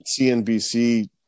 CNBC